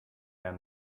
down